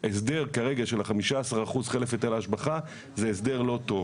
שההסדר כרגע של ה-15% חלף היטל ההשבחה זה הסדר לא טוב.